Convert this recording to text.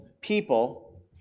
people